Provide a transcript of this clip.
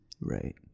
right